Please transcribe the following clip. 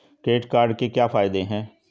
Credit card के क्या फायदे हैं?